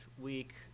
week